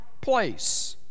place